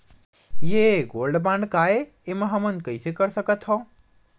ये gold bond काय ए एमा हमन कइसे कर सकत हव?